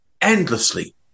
endlessly